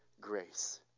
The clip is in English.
grace